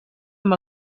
amb